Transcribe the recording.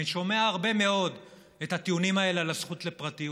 אני שומע הרבה מאוד את הטיעונים האלה על הזכות לפרטיות,